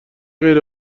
غیر